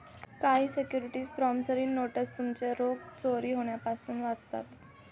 काही securities promissory notes तुमचे रोखे चोरी होण्यापासून वाचवतात